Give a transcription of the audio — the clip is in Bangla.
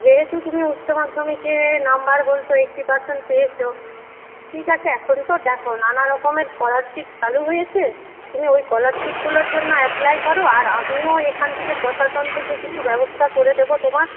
যেহেতু তুমি উচ্চ মাধ্যমিকে নাম্বার বলছো এইটটি পার্সেন্ট পেয়েছ ঠিক আছে এখন তো দেখো নানা রকমের স্কলারশিপ চালু হয়েছে তুমি ওই স্কলারশিপগুলোর জন্য অ্যাপ্লাই করো আর আমিও এখান থেকে প্রশাসন থেকে কিছু ব্যবস্থা করে দেবো তোমার